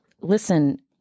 listen